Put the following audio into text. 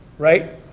Right